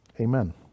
amen